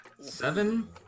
Seven